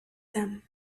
them